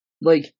Like-